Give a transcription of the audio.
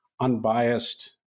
unbiased